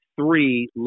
three